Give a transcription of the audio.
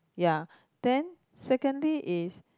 ya then secondly is